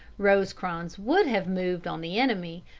rosecrans would have moved on the enemy,